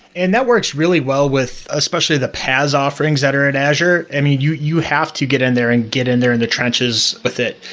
and that works really well with, especially the paas offerings that are at azure. and you you have to get in there and get in there in the trenches with it.